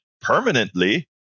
permanently